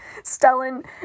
Stellan